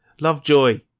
Lovejoy